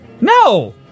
No